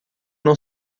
não